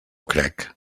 crec